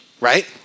right